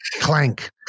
Clank